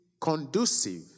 conducive